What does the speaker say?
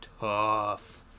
tough